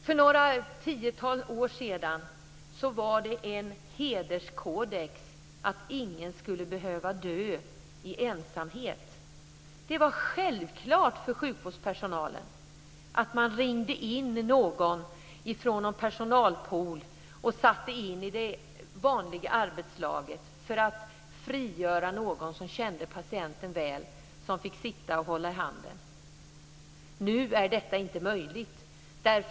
För några tiotal år sedan var det en hederskodex att ingen skulle behöva dö i ensamhet. Det var självklart för sjukvårdspersonalen att ringa in någon från en personalpool som sattes in i det vanliga arbetslaget för att frigöra någon som kände patienten väl, som fick sitta och hålla handen. Nu är detta inte möjligt.